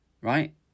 right